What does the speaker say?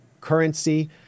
currency